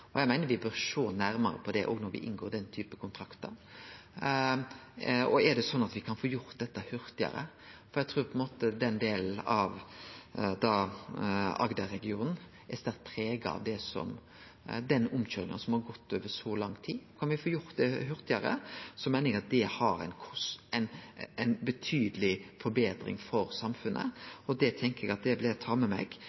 Eg meiner me bør sjå nærmare på det òg når me inngår denne typen kontraktar, om det er sånn at me kan få gjort dette hurtigare. Eg trur den delen av Agder-regionen er sterkt prega av omkøyringa som har gått over så lang tid. Kan me få gjort det hurtigare, meiner eg at det er ei betydeleg forbetring for